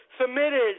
submitted